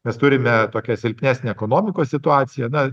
mes turime tokią silpnesnę ekonomikos situaciją na